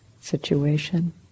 situation